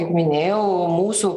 kaip minėjau mūsų